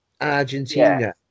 Argentina